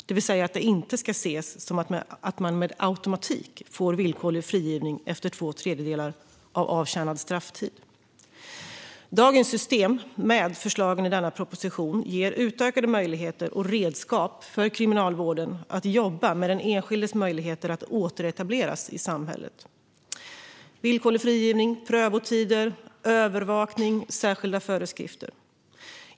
Det ska alltså inte ses som att man med automatik får villkorlig frigivning efter två tredjedelar av avtjänad strafftid. Dagens system, med förslagen i denna proposition, ger utökade möjligheter och redskap för kriminalvården att jobba med den enskildes möjligheter att återetableras i samhället. Det handlar om villkorlig frigivning, prövotider, övervakning och särskilda föreskrifter.